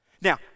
Now